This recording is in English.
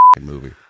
movie